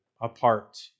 apart